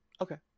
Okay